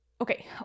Okay